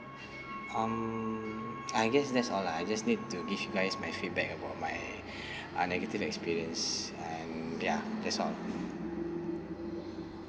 um I guess that's all lah I just need to give you guys my feedback about my uh negative experience um ya that's all